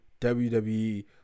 WWE